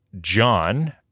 John